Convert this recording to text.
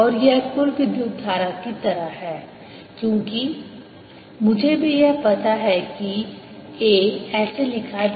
और यह कुल विद्युत धारा की तरह है क्यों क्योंकि मुझे यह भी पता है कि A ऐसे लिखा जा सकता है